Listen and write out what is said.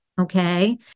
okay